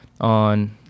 on